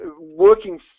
Working